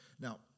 Now